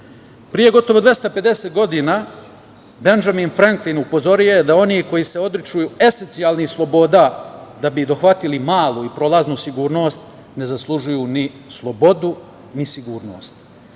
gotovo 250 godina Bendžamin Freklin je upozorio da oni koji se odriču esencijalnih sloboda da bi dohvatili malu i prolaznu sigurnost ne zaslužuju ni slobodu, ni sigurnost. Države,